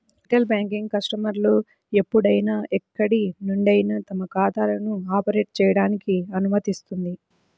retail banking కస్టమర్లు ఎప్పుడైనా ఎక్కడి నుండైనా తమ ఖాతాలను ఆపరేట్ చేయడానికి అనుమతిస్తుంది